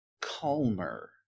calmer